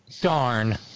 Darn